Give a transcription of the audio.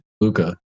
luca